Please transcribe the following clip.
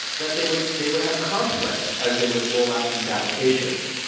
that they would they would have conflicts as they would roll out these applications.